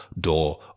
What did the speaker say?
door